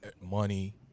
money